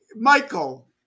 Michael